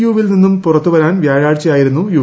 യുവിൽ നിന്നും പുറത്തുവരാൻ വ്യാഴാഴ്ചയായിരുന്നു യു